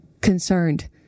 concerned